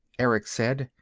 erick said.